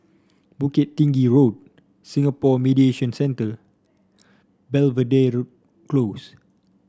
Bukit Tinggi Road Singapore Mediation Centre Belvedere Close